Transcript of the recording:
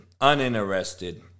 uninterested